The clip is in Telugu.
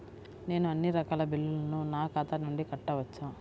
నేను అన్నీ రకాల బిల్లులను నా ఖాతా నుండి కట్టవచ్చా?